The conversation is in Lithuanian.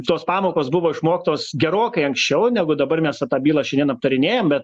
tos pamokos buvo išmoktos gerokai anksčiau negu dabar mes tą bylą šiandien aptarinėjame